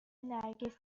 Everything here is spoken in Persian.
نرگس